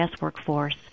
workforce